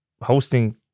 hosting